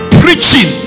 preaching